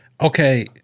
okay